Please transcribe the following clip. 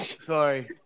Sorry